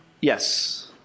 Yes